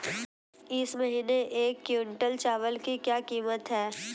इस महीने एक क्विंटल चावल की क्या कीमत है?